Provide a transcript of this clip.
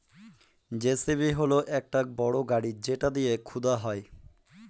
JCB হল একটা বড় গাড়ি যেটা দিয়ে খুদা হয়